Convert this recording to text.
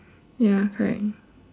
ya correct